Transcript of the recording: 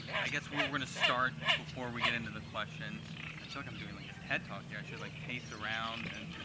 i guess we're going to start, before we get into the questions i feel like i'm doing like a ted talk here. i should like pace around and, ah